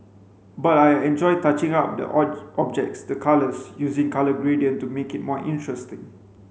but I enjoy touching up the objects the colours using colour gradient to make it more interesting